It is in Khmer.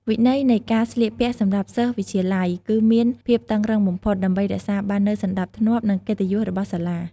វិន័យនៃការស្លៀកពាក់សម្រាប់សិស្សវិទ្យាល័យគឺមានភាពតឹងរ៉ឹងបំផុត ដើម្បីរក្សាបាននូវសណ្តាប់ធ្នាប់ និងកិត្តិយសរបស់សាលា។